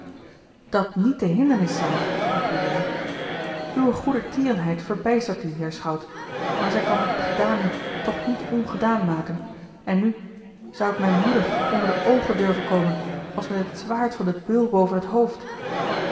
dat niet de hindernis zijn riep juliaan uwe goedertierenheid verbijstert u heer schout maar zij kan het gedane toch niet ongedaan maken en nu zou ik mijne moeder onder de oogen durven komen als met het zwaard van den beul boven t hoofd